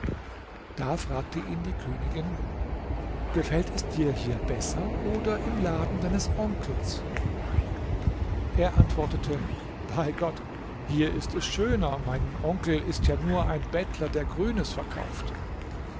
da fragte ihn die königin gefällt es dir hier besser oder ihm laden deines onkels er antwortete bei gott hier ist es schöner mein onkel ist ja nur ein bettler der grünes verkauft